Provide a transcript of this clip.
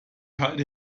halte